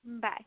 Bye